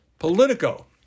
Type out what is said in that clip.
Politico